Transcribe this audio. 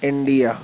India